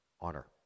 honor